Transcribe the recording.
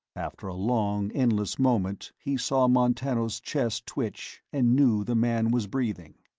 after a long, endless moment he saw montano's chest twitch and knew the man was breathing.